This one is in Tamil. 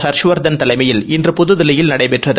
ஹர்ஷவர்தன் தலைமையில் இன்று புதுதில்லியில் நடைபெற்றது